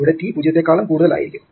ഇവിടെ t 0 യെക്കാളും കൂടുതൽ ആയിരിക്കും